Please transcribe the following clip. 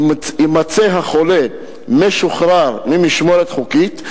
יימצא החולה משוחרר ממשמורת חוקית,